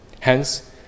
Hence